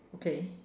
okay